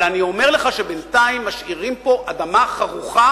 אבל אני אומר לך שבינתיים משאירים פה אדמה חרוכה,